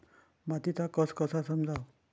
मातीचा कस कसा समजाव?